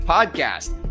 Podcast